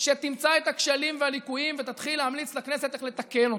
שתמצא את הכשלים והליקויים ותתחיל להמליץ לכנסת איך לתקן אותם.